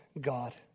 God